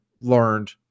learned